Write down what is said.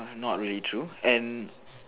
not really true and